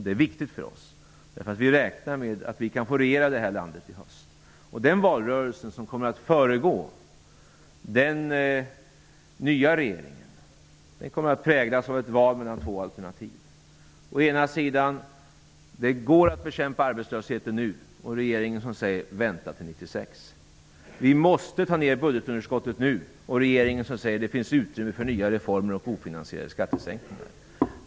Det är viktigt för oss, därför att vi räknar med att vi kan få regera landet i höst. Den valrörelse som kommer att föregå den nya regeringen kommer att präglas av ett val mellan två alternativ: å ena sidan alternativet att det går att bekämpa arbetslösheten nu, å andra sidan regeringen som säger: Vänta till 1996! Vi måste minska budgetunderskottet nu. Men regeringen säger att det finns utrymme för nya reformer och ofinansierade skattesänkningar.